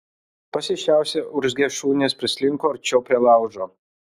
pasišiaušę urzgią šunys prislinko arčiau prie laužo